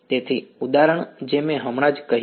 તેથી ઉદાહરણ જે મે હમણાં જ કર્યુ